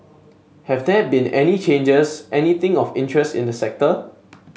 have there been any changes anything of interest in the sector